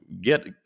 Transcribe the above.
get